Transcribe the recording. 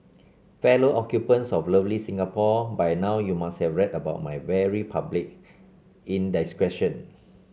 fellow occupants of lovely Singapore by now you must have read about my very public indiscretion